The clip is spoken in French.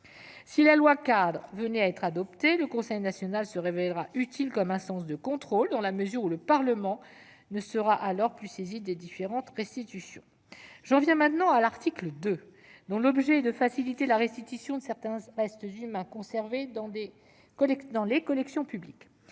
Si la loi-cadre vient à être adoptée, le conseil national se révélera utile comme instance de contrôle, dans la mesure où le Parlement ne sera alors plus saisi des différentes restitutions. J'en viens à présent à l'article 2, dont l'objet est de faciliter la restitution de certains restes humains conservés dans les collections publiques.